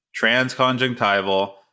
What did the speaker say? transconjunctival